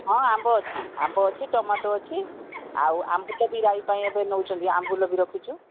ହଁ ଆମ୍ବ ଅଛି ଆମ୍ବ ଅଛି ଟମାଟୋ ଅଛି ଆଉ ଆମ୍ବୁଲ ବି ରାଇ ପାଇଁ ଏବେ ନେଉଛନ୍ତି ଆମ୍ବୁଲ ବି ରଖୁଛୁ